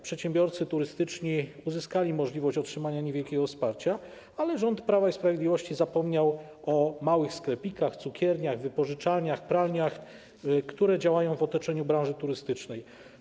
Przedsiębiorcy turystyczni uzyskali możliwość otrzymania niewielkiego wsparcia, ale rząd Prawa i Sprawiedliwości zapomniał o małych sklepikach, cukierniach, wypożyczalniach, pralniach, które działają w otoczeniu branży turystycznej.